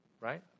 right